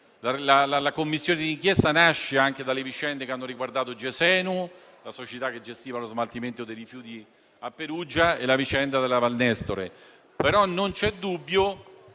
La Commissione d'inchiesta, infatti, nasce anche dalle vicende che hanno riguardato Gesenu, la società che gestiva lo smaltimento dei rifiuti a Perugia, e la vicenda della Val Nestore.